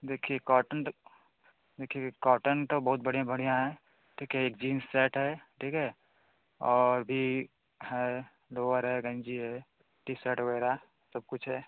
देखिए कॉटन देखिए कॉटन तो बहुत बढ़िया बढ़िया है ठीक है एक जीन्स सेट है ठीक है और भी है लोवर है गंजी है टीशर्ट वग़ैरह सब कुछ है